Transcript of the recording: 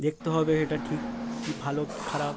দেখতে হবে এটা ঠিক কী ভালো কী খারাপ